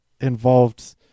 involved